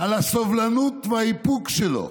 על הסובלנות והאיפוק שלו,